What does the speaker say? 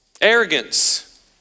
arrogance